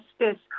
justice